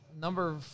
number